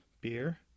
Beer